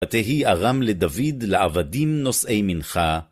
התהי ארם לדוד לעבדים נושאי מנחה.